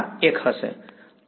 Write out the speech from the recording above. વિદ્યાર્થી હા આ x છે